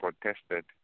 protested